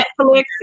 Netflix